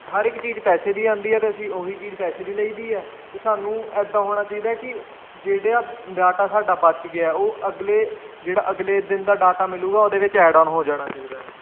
ਹਰ ਇੱਕ ਚੀਜ਼ ਪੈਸੇ ਦੀ ਆਉਂਦੀ ਹੈ ਅਤੇ ਅਸੀਂ ਉਹ ਹੀ ਚੀਜ਼ ਪੈਸੇ ਦੀ ਲਈਦੀ ਹੈ ਅਤੇ ਸਾਨੂੰ ਇੱਦਾਂ ਹੋਣਾ ਚਾਹੀਦਾ ਕਿ ਜਿਹੜੇ ਆ ਡਾਟਾ ਸਾਡਾ ਬਚ ਗਿਆ ਉਹ ਅਗਲੇ ਜਿਹੜਾ ਅਗਲੇ ਦਿਨ ਦਾ ਡਾਟਾ ਮਿਲੂਗਾ ਉਹਦੇ ਵਿੱਚ ਐਡਅੋਨ ਹੋ ਜਾਣਾ ਚਾਹੀਦਾ ਹੈ